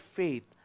faith